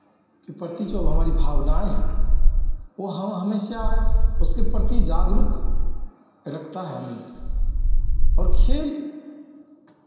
के प्रति जो हमारी भावनाएं हैं वो हम हमेशा उसके प्रति जागरुक रखता हूँ और खेल